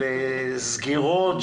של סגירות,